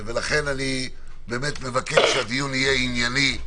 לכן אני מבקש, שהדיון יהיה ענייני.